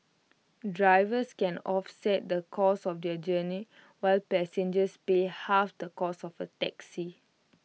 drivers can offset the cost of their journey while passengers pay half the cost of A taxi